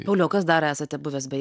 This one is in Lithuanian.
pauliau kas dar esate buvęs be